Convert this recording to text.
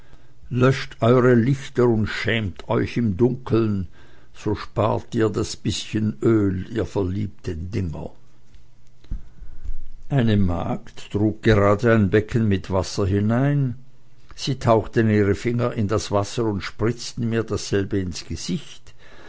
löscht eure lichter und schämt euch im dunklen so spart ihr das bißchen öl ihr verliebten dinger eine magd trug gerade ein becken mit wasser hinein sie tauchten ihre finger in das wasser und spritzten mir dasselbe ins gesicht